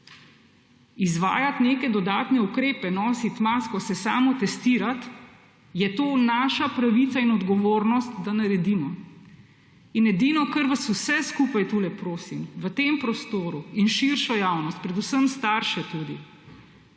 izvajati neke dodatne ukrepe, nositi masko, se samotestirati, je to naša pravica in odgovornost, da naredimo. In edino, kar vas vse skupaj tukajle prosim, v tem prostoru in širšo javnost, predvsem starše tudi